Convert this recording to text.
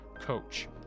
coach